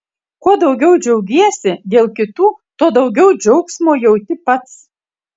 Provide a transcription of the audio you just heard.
kuo daugiau džiaugiesi dėl kitų tuo daugiau džiaugsmo jauti pats